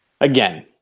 Again